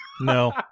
No